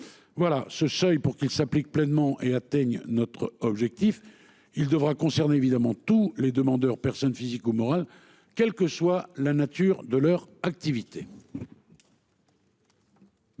Voilà ce seuil pour qu'il s'applique pleinement et atteignent notre objectif. Il devra concerner évidemment tous les demandeurs personne physique ou morale. Quelle que soit la nature de leur activité.